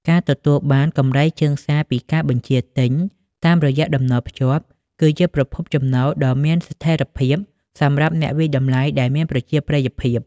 ការទទួលបានកម្រៃជើងសារពីការបញ្ជាទិញតាមរយៈតំណភ្ជាប់ គឺជាប្រភពចំណូលដ៏មានស្ថិរភាពសម្រាប់អ្នកវាយតម្លៃដែលមានប្រជាប្រិយភាព។